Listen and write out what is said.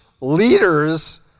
leaders